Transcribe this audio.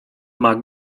mag